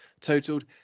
totaled